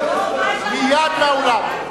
מייד מהאולם.